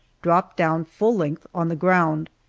dropped down full length on the ground,